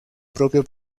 propio